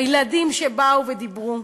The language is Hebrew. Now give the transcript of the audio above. הילדים שבאו ודיברו,